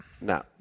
No